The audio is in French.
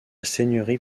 seigneurie